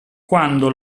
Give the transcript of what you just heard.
quando